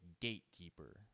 gatekeeper